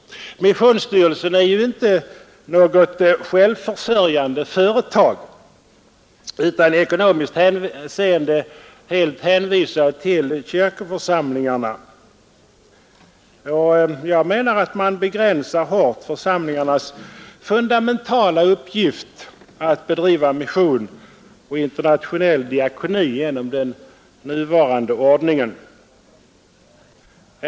Missionsstyrelsen är ju inte något självförsörjande företag, utan den är i ekonomiskt hänseende helt hänvisad till kyrkoförsamlingarna. Jag menar att man begränsar hårt församlingarnas fundamentala uppgift att bedriva mission och internationell diakoni genom den nuvarande ordningen.